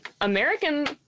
American